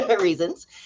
reasons